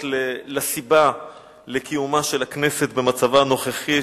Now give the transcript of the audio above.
לסיבה לקיומה של הכנסת במצבה הנוכחי,